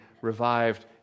revived